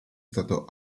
stato